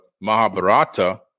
Mahabharata